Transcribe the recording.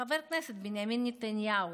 חבר הכנסת בנימין נתניהו.